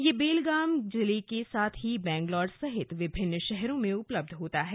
यह बेलगाम जिले के साथ ही बैंगलोर सहित विभिन्न शहरों में उपलब्ध होता है